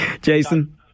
Jason